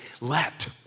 Let